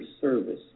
service